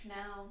now